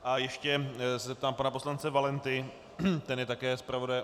A ještě se zeptám pana poslance Valenty, ten je také zpravodajem.